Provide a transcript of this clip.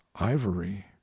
ivory